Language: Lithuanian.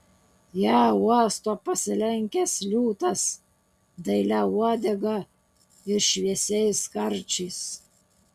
ją uosto pasilenkęs liūtas dailia uodega ir šviesiais karčiais